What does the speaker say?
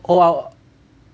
oh !wow!